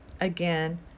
again